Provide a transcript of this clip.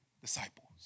Disciples